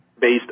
based